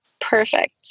Perfect